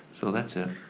so that's it.